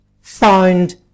found